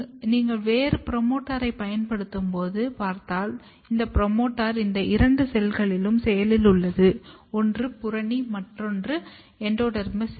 நீங்கள் வேறு புரோமோட்டாரைப் பயன்படுத்தும்போது பார்த்தால் இந்த புரோமோட்டார் இந்த இரண்டு செல்களில் செயலில் உள்ளன ஒன்று புறணி மற்றும் எண்டோடெர்மிஸ் செல்கள்